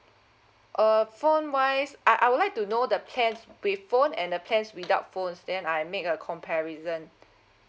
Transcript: err phone wise I I would like to know the plans with phone and the plans without phones then I make a comparison